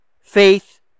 faith